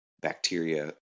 bacteria